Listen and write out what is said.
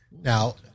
Now